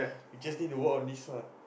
you just need to work on this lah